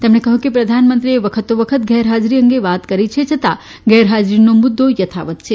તેમણે કહ્યું કે પ્રધાનમંત્રીએ વખતો વખત ગેરહાજરી અંગે વાત કરી છે છતાં ગેરહાજરીનો મુદ્દો યથાવત છે